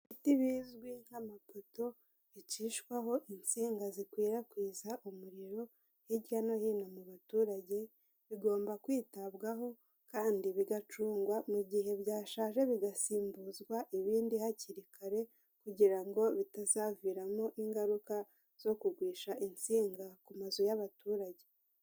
Ibiti bizwi nk'amapoto, bicishwaho insinga zikwirakwiza umurimo hirya no hino mu baturage, bigomba kwitabwaho kandi bigacunga, mu gihe byashaje bigasimbuzwa ibindi hakiri kare, kugira ngo bitazaviramo ingaruka zo kugwisha insinga ku mazu y'abaturage.